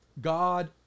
God